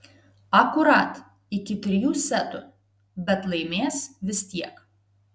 akurat iki trijų setų bet laimės vis tiek